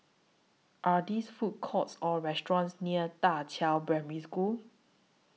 Are There Food Courts Or restaurants near DA Qiao Primary School